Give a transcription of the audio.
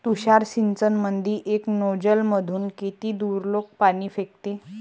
तुषार सिंचनमंदी एका नोजल मधून किती दुरलोक पाणी फेकते?